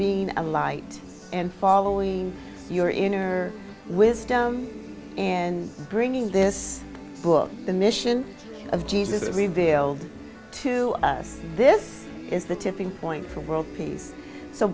being a light and following your inner wisdom and bringing this book the mission of jesus revealed to us this is the tipping point for world